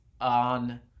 on